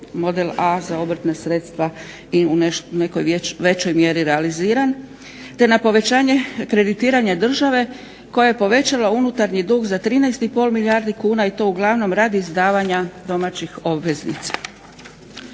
model A za obrtna sredstva i u nekoj većoj mjeri realiziran te na povećanje kreditiranja države koja je povećala unutarnji dug za 13,5 milijardi kuna i to uglavnom radi izdavanja domaćih obveznicima.